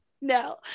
no